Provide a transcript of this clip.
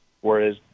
whereas